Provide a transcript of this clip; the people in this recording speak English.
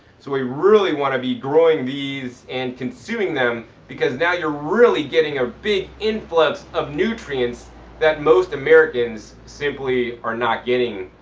so we really want to be growing these and consuming them because now you're really getting a big influx of nutrients that most americans simply are not getting.